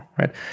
right